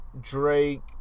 Drake